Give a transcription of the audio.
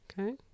Okay